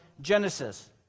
Genesis